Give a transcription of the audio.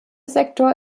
sektor